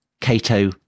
Cato